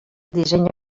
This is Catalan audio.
disseny